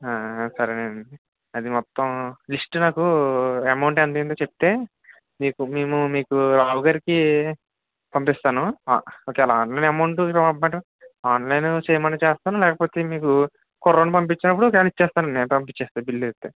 సరే అండి అది మొత్తం లిస్టు నాకు అమౌంట్ ఎంత అయిందో చెప్తే మీకు మేము మీకు రావుగారికి పంపిస్తాను ఒకవేళ ఆన్లైన్ అమౌంటు లోపట ఆన్లైను చేయమన్నా చేస్తాను లేకపోతే మీకు కుర్రోడ్ని పంపించినప్పుడు ఒకవేళ ఇస్తాను పంపిచేస్తే బిల్ అయితే